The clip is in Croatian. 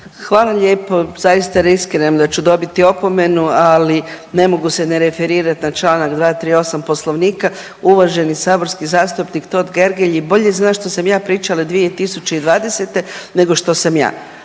Hvala lijepo. Zaista riskiram da ću dobiti opomenu, ali ne mogu se ne referirat na čl. 238. poslovnika, uvaženi saborski zastupnik Totgergeli bolje zna što sam ja pričala 2020. nego što sam ja